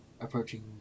approaching